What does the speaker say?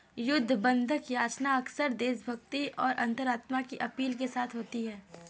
युद्ध बंधन याचना अक्सर देशभक्ति और अंतरात्मा की अपील के साथ होती है